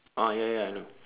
ah ya ya ya I know